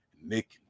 Nick